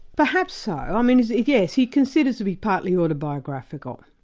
perhaps so. um and yes, he concedes it to be partly autobiographical.